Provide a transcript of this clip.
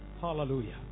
Hallelujah